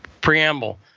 preamble